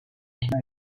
ikna